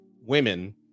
women